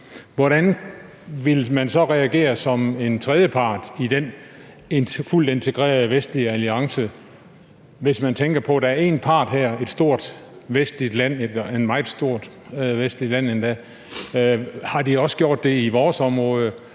hvordan ville man så reagere som en tredje part i den fuldt integrerede vestlige alliance, hvis man tænker på, at det her er en part, der er et stort vestligt land, endda et meget stort vestligt land? Ville man tænke: Har de også gjort det i vores område?